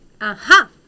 aha